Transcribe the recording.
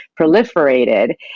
proliferated